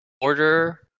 Order